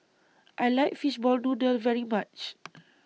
I like Fishball Noodle very much